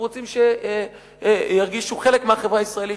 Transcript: אנחנו רוצים שירגישו חלק מהחברה הישראלית,